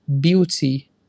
beauty